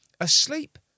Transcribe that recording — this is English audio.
asleep